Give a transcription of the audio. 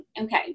Okay